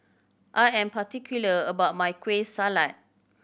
I am particular about my Kueh Salat